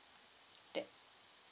that